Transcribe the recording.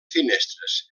finestres